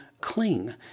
Cling